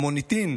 ה'מוניטין'